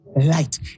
Light